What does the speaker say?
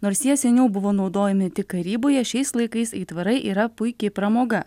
nors jie seniau buvo naudojami tik karyboje šiais laikais aitvarai yra puiki pramoga